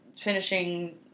finishing